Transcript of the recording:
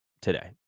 today